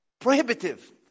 prohibitive